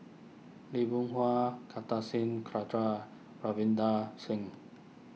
Lee Boon Hua Kartar Singh Thakral Ravinder Singh